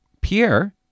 Pierre